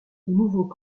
nouveau